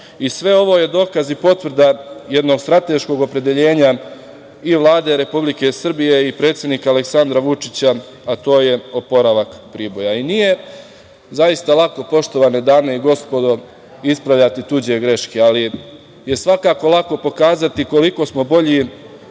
Sve ovo je dokaz i potvrda jednog strateškog opredeljenja Vlade Republike Srbije i predsednika Aleksandra Vučića, a to je oporavak Priboja. Nije zaista lako, poštovane dame i gospodo, ispravljati tuđe greške, ali je svakako lako pokazati koliko smo bolji